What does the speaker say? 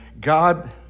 God